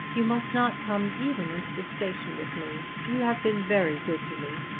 you must not come even into the station with me. you have been very good to me.